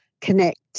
connect